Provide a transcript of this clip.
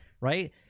right